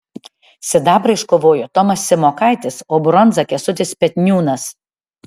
sidabrą iškovojo tomas simokaitis o bronzą kęstutis petniūnas